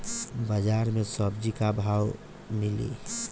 बाजार मे सब्जी क भाव कैसे मिली?